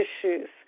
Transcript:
issues